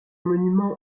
monument